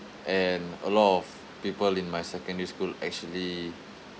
and a lot of people in my secondary school actually